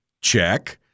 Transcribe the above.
check